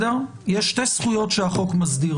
יש שתי זכויות שהחוק מסדיר